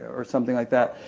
or something like that,